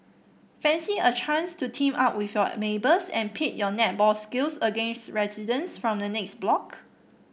fancy a chance to team up with your neighbours and pit your netball skills against residents from the next block